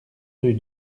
rue